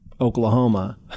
oklahoma